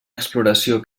exploració